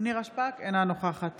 נירה שפק, אינה נוכחת